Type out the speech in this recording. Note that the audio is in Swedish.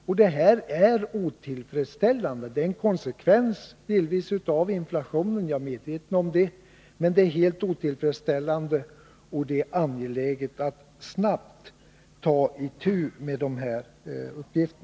Jag är medveten om att detta delvis är en konsekvens av inflationen, men det är helt otillfredsställande, och det är angeläget att snabbt ta itu med de här frågorna.